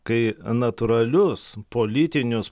kai natūralius politinius